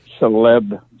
celeb